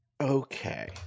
Okay